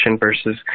versus